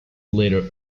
later